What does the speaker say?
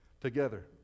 together